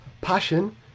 passion